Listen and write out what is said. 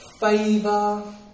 favor